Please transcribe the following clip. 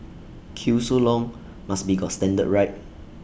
queue so long must be got standard right